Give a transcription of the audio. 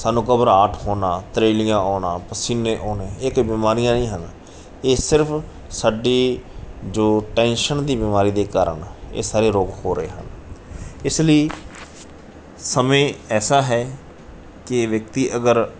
ਸਾਨੂੰ ਘਬਰਾਹਟ ਹੋਣਾ ਤਰੇਲੀਆਂ ਆਉਣਾ ਪਸੀਨੇ ਆਉਣੇ ਇਹ ਕੋਈ ਬਿਮਾਰੀਆਂ ਨਹੀਂ ਹਨ ਇਹ ਸਿਰਫ ਸਾਡੀ ਜੋ ਟੈਨਸ਼ਨ ਦੀ ਬਿਮਾਰੀ ਦੇ ਕਾਰਨ ਇਹ ਸਾਰੇ ਰੋਗ ਹੋ ਰਹੇ ਹਨ ਇਸ ਲਈ ਸਮੇਂ ਐਸਾ ਹੈ ਕਿ ਵਿਅਕਤੀ ਅਗਰ